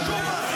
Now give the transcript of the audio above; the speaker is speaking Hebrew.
ראינו כולנו.